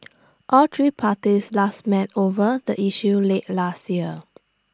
all three parties last met over the issue late last year